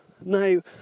Now